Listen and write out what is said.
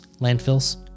landfills